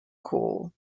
corps